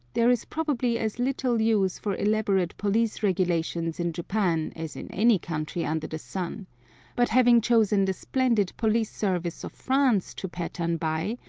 there is probably as little use for elaborate police regulations in japan as in any country under the sun but having chosen the splendid police service of france to pattern by,